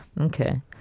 Okay